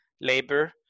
labor